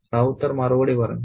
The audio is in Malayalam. റൌത്തർ മറുപടി പറഞ്ഞു